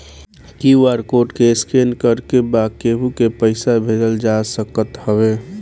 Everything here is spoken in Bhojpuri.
क्यू.आर कोड के स्केन करके बा केहू के पईसा भेजल जा सकत हवे